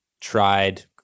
tried